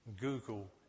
Google